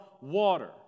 water